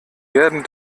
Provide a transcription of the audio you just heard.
werden